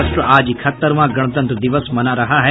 राष्ट्र आज इकहत्तरवां गणतंत्र दिवस मना रहा है